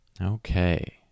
Okay